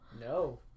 No